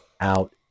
out